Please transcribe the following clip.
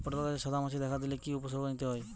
পটল গাছে সাদা মাছি দেখা দিলে কি কি উপসর্গ নিতে হয়?